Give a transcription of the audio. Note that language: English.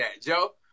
Joe